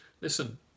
listen